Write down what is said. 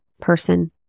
person